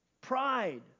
pride